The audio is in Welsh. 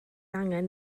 angen